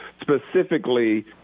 Specifically